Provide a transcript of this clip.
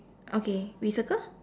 okay we circle